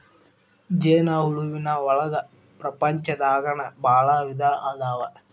ಜೇನ ಹುಳುವಿನ ಒಳಗ ಪ್ರಪಂಚದಾಗನ ಭಾಳ ವಿಧಾ ಅದಾವ